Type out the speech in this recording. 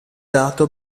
dato